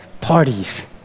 parties